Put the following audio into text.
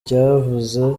cyavuze